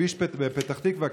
בפתח תקווה,